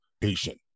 patient